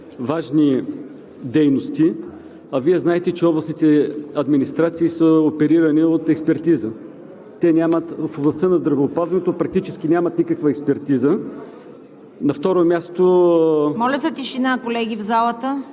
Става дума, че се възлагат на областните администрации важни дейности, а Вие знаете, че областните администрации са оперирани от експертиза. В областта на здравеопазването практически нямат никаква експертиза.